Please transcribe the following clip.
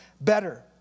better